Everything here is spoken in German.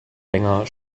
länger